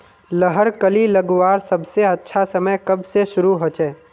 लहर कली लगवार सबसे अच्छा समय कब से शुरू होचए?